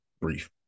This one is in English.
brief